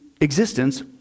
existence